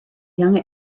young